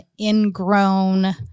ingrown